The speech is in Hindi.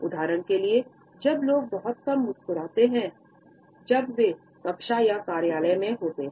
उदाहरण के लिए जब लोग बहुत कम मुस्कुराते थे जब वे कक्षा या कार्यालय में होते है